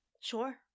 Sure